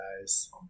guys